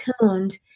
tuned